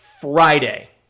Friday